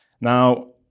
Now